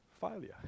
failure